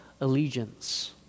allegiance